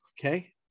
okay